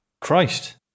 Christ